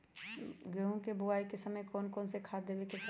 गेंहू के बोआई के समय कौन कौन से खाद देवे के चाही?